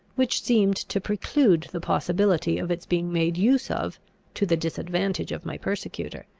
which seemed to preclude the possibility of its being made use of to the disadvantage of my persecutor.